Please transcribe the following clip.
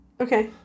Okay